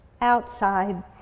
outside